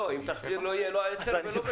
לא, אם תחזיר, לא יהיה לא 10,000 ולא בית משפט.